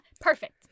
Perfect